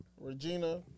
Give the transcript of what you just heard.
Regina